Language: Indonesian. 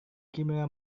kimura